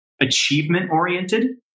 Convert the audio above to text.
achievement-oriented